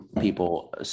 people